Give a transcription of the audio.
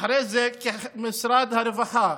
ואחרי זה במשרד הרווחה,